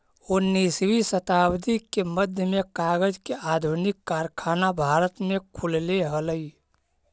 उन्नीसवीं शताब्दी के मध्य में कागज के आधुनिक कारखाना भारत में खुलले हलई